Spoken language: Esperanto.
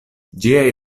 ĝiaj